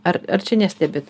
arar čia nestebite